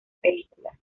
películas